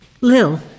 Lil